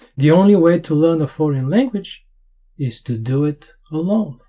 the only way to learn a foreign language is to do it alone